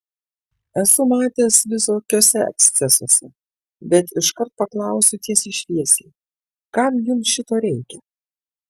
esu matęs visokiuose ekscesuose bet iškart paklausiu tiesiai šviesiai kam jums šito reikia